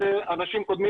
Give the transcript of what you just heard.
זאת אומרת,